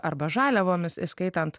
arba žaliavomis įskaitant